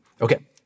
Okay